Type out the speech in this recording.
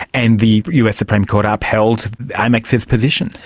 and the us supreme court upheld amex's position.